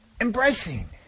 embracing